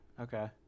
Okay